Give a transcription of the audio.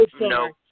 No